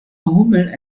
hummel